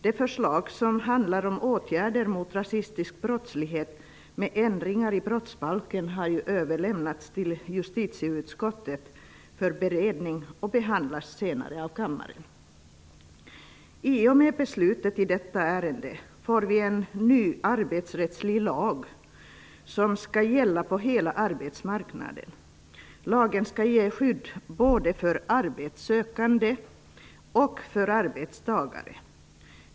De förslag som handlar om åtgärder mot rasistisk brottslighet med ändringar i brottsbalken har överlämnats till justitieutskottet för beredning och behandlas senare av kammaren. I och med beslutet i detta ärende får vi en ny arbetsrättslig lag som skall gälla på hela arbetsmarknaden. Lagen skall ge skydd både för arbetssökande och för arbetstagare.